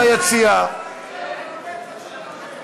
זה המלחמה בעוני שלכם?